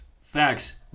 facts